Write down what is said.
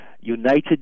United